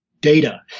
Data